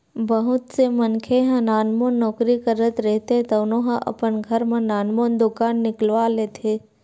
बहुत से मनखे ह नानमुन नउकरी करत रहिथे तउनो ह अपन घर म नानमुन दुकान निकलवा लेथे